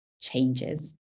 changes